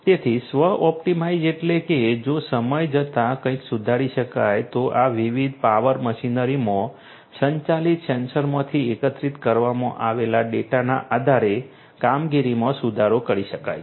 તેથી સ્વ ઑપ્ટિમાઇઝ એટલે કે જો સમય જતાં કંઈક સુધારી શકાય તો આ વિવિધ પાવર મશીનરીમાં સંકલિત સેન્સરમાંથી એકત્રિત કરવામાં આવેલા ડેટાના આધારે કામગીરીમાં સુધારો કરી શકાય છે